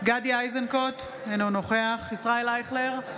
גדי איזנקוט, אינו נוכח ישראל אייכלר,